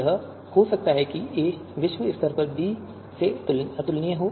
यह हो सकता है कि a विश्व स्तर पर b से अतुलनीय हो